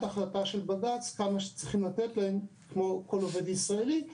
החלטה של בג"ץ כמה שצריכים לתת לכל עובד ישראלי,